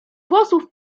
włosów